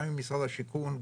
גם עם משרד השיכון,